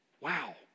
Wow